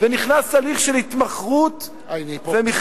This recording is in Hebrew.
ונכנס הליך של התמחרות ומכרז,